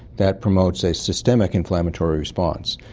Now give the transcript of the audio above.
that promotes a systemic inflammatory response.